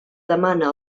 demana